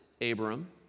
Abram